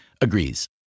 agrees